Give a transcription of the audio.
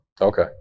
Okay